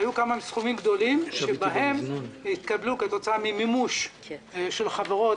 היו כמה סכומים גדולים שהתקבלו כתוצאה ממימוש של חברות